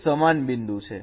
તે સમાન બિંદુ છે